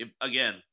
again